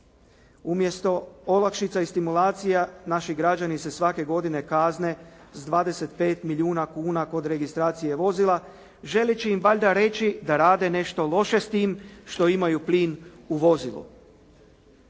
Umjesto olakšica i stimulacija, naši građani se svake godine kazne s 25 milijuna kuna kod registracije vozila, želeći im valjda reći da rade nešto loše s tim što imaju plin u vozilu.